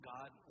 God